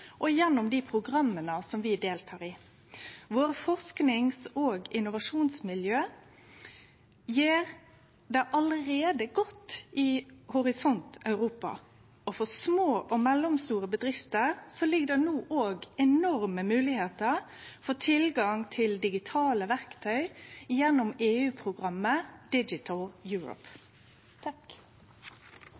og gjennom dei programma vi deltek i. Våre forskings- og innovasjonsmiljø gjer det allereie godt i Horisont Europa, og for små og mellomstore bedrifter ligg det no enorme moglegheiter for tilgang til digitale verktøy gjennom